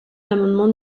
l’amendement